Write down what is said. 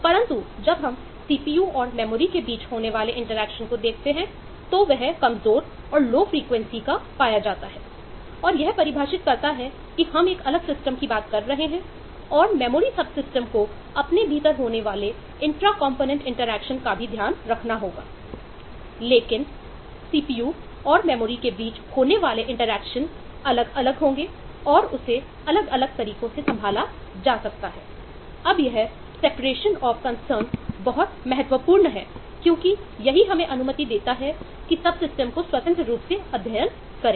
लेकिन सीपीयू को स्वतंत्र रूप से अध्ययन करें